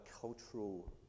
cultural